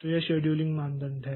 तो ये शेड्यूलिंग मानदंड हैं